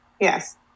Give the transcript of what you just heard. Yes